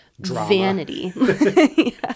vanity